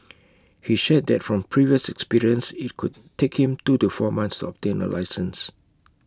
he shared that from previous experience IT could take him two to four months obtain A licence